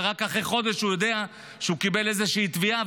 ורק אחרי חודש הוא יודע שהוא קיבל איזושהי תביעה,